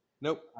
Nope